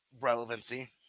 relevancy